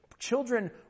Children